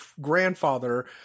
grandfather